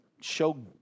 show